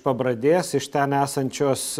pabradės iš ten esančios